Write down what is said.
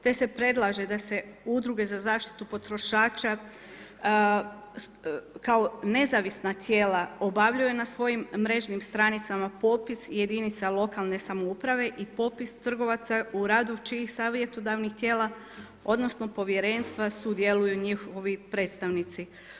Te se predlaže da se udruge za zaštitu potrošača kao nezavisna tijela obavljaju na svojim mrežnim stranicama popis jedinica lokalne samouprave i popis trgovaca u radu čijih savjetodavnih tijela, odnosno, povjerenstva sudjeluju njihovi predstavnici.